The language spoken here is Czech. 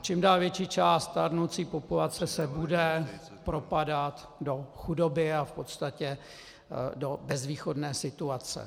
Čím dál větší část stárnoucí populace se bude propadat do chudoby a v podstatě do bezvýchodné situace.